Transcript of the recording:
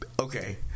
okay